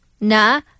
Na